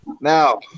Now